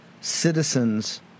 citizens